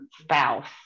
spouse